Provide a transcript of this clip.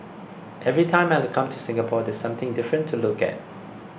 every time I come to Singapore there's something different to look at